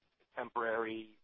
temporary